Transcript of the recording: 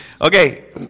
Okay